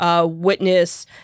Witness